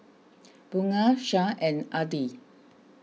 Bunga Shah and Adi